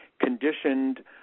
conditioned